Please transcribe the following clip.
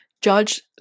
judge